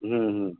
হুম হুম